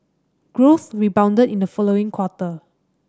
growth rebounded in the following quarter